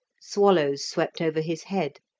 swallows swept over his head.